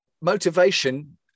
motivation